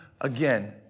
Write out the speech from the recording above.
again